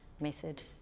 method